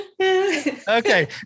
Okay